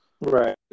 Right